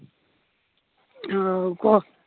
ହଉ କୁହ